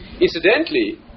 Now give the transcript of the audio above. Incidentally